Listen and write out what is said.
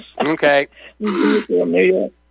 Okay